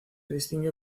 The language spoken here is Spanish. distingue